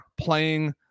playing